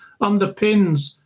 underpins